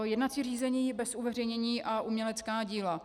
Jednací řízení bez uveřejnění a umělecká díla.